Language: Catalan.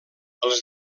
els